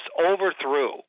overthrew